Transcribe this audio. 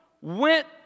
went